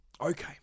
Okay